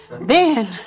Ben